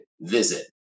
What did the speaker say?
visit